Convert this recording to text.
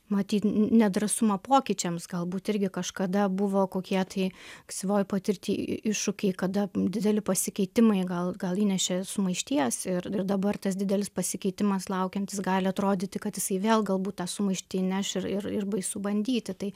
matyt nedrąsumą pokyčiams galbūt irgi kažkada buvo kokie tai ankstyvojoj patirty i iššūkiai kada dideli pasikeitimai gal gal įnešė sumaišties ir ir dabar tas didelis pasikeitimas laukiantis gali atrodyti kad jisai vėl galbūt tą sumaištį įneš ir ir ir baisu bandyti tai